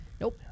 Nope